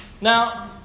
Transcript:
Now